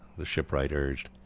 the shipwright urged.